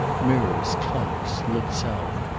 mirrors, clocks, looked south,